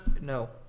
No